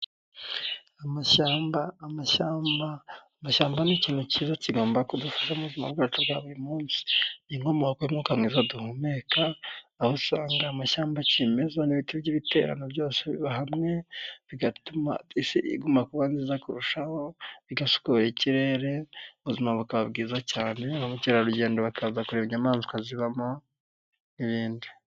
Amashyamba, amashyamba ni ikintu cyiza kigomba kudufasha mubuzima bwacu bwa buri munsi. Inkomoko y'umwuka mwiza duhumeka, aho usanga amashyamba kimeza n'ibiti by'ibiterano byose biri hamwe, bigatuma isi iguma kuba nziza kurushaho, bigasukura ikirere, ubuzima bukaba bwiza cyane, abakerarugendo bakaza kureba inyamaswa zibamo n'ibindi.